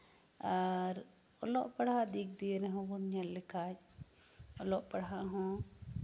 ᱟᱨ ᱚᱞᱚᱜ ᱯᱟᱲᱦᱟᱜ ᱫᱤᱠ ᱫᱤᱭᱮ ᱨᱮᱦᱚᱸ ᱵᱚᱱ ᱧᱮᱞ ᱞᱮᱠᱷᱟᱡ ᱚᱞᱚᱜ ᱯᱟᱲᱦᱟᱜ ᱦᱚᱸ